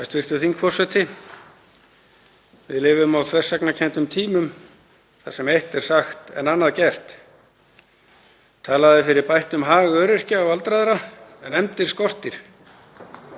Hæstv. þingforseti. Við lifum á þversagnarkenndum tímum þar sem eitt er sagt en annað gert. Talað er fyrir bættum hag öryrkja og aldraðra en efndir skortir.